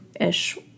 ish